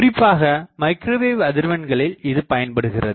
குறிப்பாக மைக்ரோவேவ் அதிர்வெண்களில் இதுபயன்படுகிறது